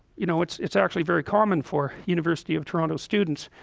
you know, it's it's actually very common for university of toronto students